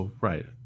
Right